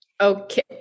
okay